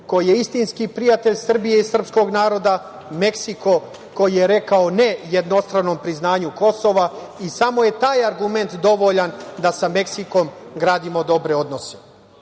koji je istinski prijatelj Srbije i srpskog naroda, Meksiko koji je rekao ne jednostranom priznanju Kosova i samo je taj argument dovoljan da sa Meksikom gradimo dobre odnose. Što